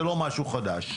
זה לא משהו חדש.